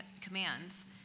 commands